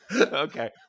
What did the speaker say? Okay